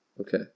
Okay